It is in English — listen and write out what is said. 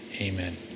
amen